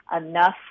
enough